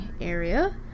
area